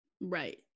Right